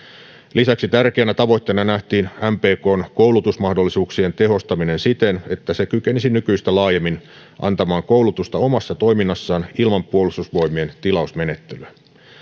lisäksi tärkeänä tavoitteena nähtiin mpkn koulutusmahdollisuuksien tehostaminen siten että se kykenisi nykyistä laajemmin antamaan koulutusta omassa toiminnassaan ilman puolustusvoimien tilausmenettelyä